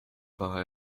war